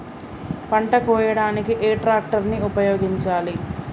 పంట కోయడానికి ఏ ట్రాక్టర్ ని ఉపయోగించాలి?